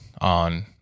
on